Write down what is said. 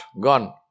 gone